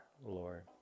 Lord